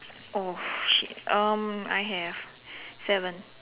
oh shit um I have seven